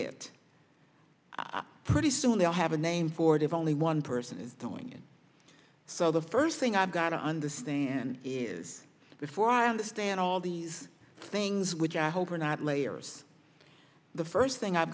it i pretty soon they'll have a name for it if only one person is doing it so the first thing i've got to understand is before i understand all these things which i hope are not layers the first thing i've